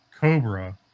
Cobra